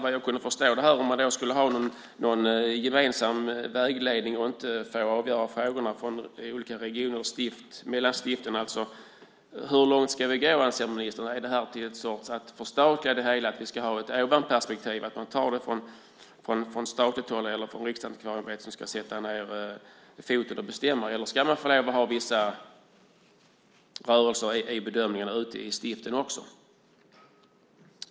Vad jag kunde förstå skulle man ha någon form av gemensam vägledning, och frågorna skulle inte få avgöras av olika regioner och mellan stiften. Hur långt anser ministern att vi ska gå? Ska vi förstatliga det hela och ha ett ovanifrånperspektiv, där Riksantikvarieämbetet från statligt håll sätter ned foten och bestämmer, eller ska vissa rörelser få lov att vara med i bedömningen ute i stiften också?